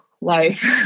life